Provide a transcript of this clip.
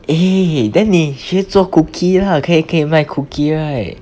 eh then 你学做 cookie lah 可以可以卖 cookie right